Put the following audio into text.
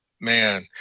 man